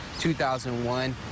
2001